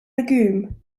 legume